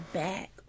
back